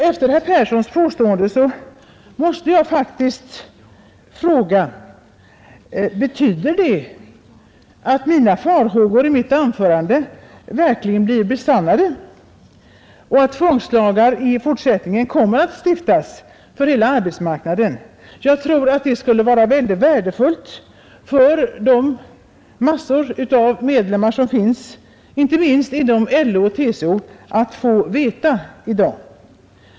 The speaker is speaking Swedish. Efter herr Perssons påstående måste jag faktiskt fråga: Betyder detta att farhågorna i mitt anförande verkligen blir besannade och att tvångslagar i fortsättningen kommer att stiftas för hela arbetsmarknaden? Jag tror att det skulle vara värdefullt för de massor av medlemmar som finns, inte minst inom LO och TCO, att få veta detta i dag.